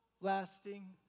lasting